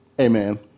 Amen